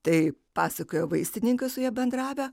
tai pasakoja vaistininkas su ja bendravę